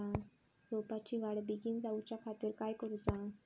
रोपाची वाढ बिगीन जाऊच्या खातीर काय करुचा?